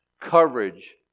coverage